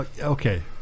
Okay